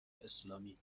اسلامی